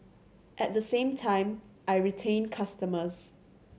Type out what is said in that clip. at the same time I retain customers